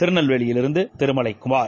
திருநெல்வேலிபிலிருந்து Thirumalaikumar